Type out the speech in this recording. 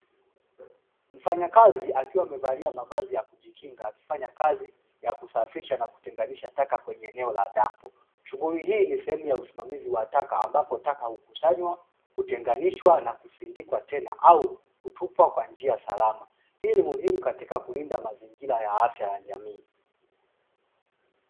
Mfanyakazi akiwa amevalia mavazi ya kujikinga akifanya kazi ya kusafisha na kuzitenganisha taka kwenye eneo la dampo. Shughuli hii ni sehemu ya usimamizi wa taka ambapo taka hukusanywa, kutenganishwa na kusindikwa tena au kutupwa kwa njia iliyo salama. Hii ni muhimu katika kulinda mazingira ya afya ya jamii.